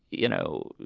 you know,